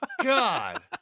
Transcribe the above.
God